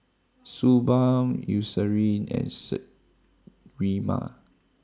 Suu Balm Eucerin and Sterimar